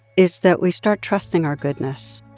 is that we start trusting our goodness.